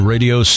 Radio